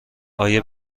آیا